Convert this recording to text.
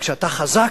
וכשאתה חזק,